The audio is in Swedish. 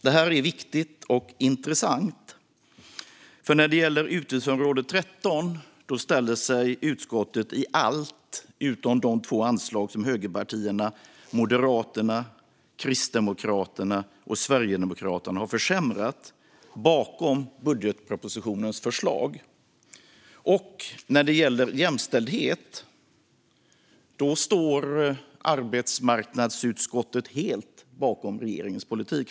Detta är viktigt och intressant, för när det gäller utgiftsområde 13 ställde sig utskottet i allt bakom budgetpropositionens förslag utom i fråga om de två anslag som högerpartierna - Moderaterna, Kristdemokraterna och Sverigedemokraterna - har försämrat. Och när det gäller jämställdhet står arbetsmarknadsutskottet helt bakom regeringens politik.